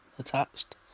attached